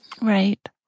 Right